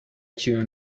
tune